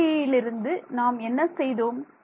PDE லிருந்து நாம் என்ன செய்தோம்